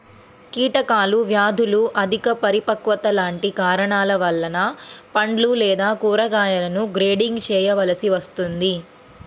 కీటకాలు, వ్యాధులు, అధిక పరిపక్వత లాంటి కారణాల వలన పండ్లు లేదా కూరగాయలను గ్రేడింగ్ చేయవలసి వస్తుంది